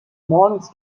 morgens